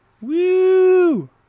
Woo